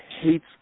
hates